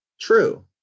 true